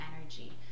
energy